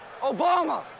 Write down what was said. Obama